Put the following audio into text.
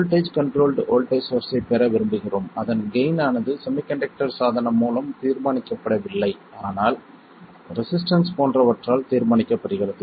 voltage controlled voltage சோர்ஸ்ஸைப் பெற விரும்புகிறோம் அதன் கெய்ன் ஆனது செமிக்கண்டக்டர் சாதனம் மூலம் தீர்மானிக்கப்படவில்லை ஆனால் ரெசிஸ்டன்ஸ் போன்றவற்றால் தீர்மானிக்கப்படுகிறது